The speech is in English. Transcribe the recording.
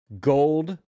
Gold